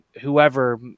whoever